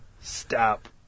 stop